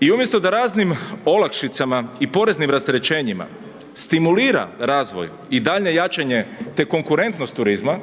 I umjesto da raznim olakšicama i poreznim rasterećenjima stimulira razvoj i daljnje jačanje te konkurentnost turizma